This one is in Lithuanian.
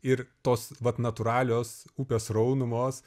ir tos vat natūralios upės sraunumos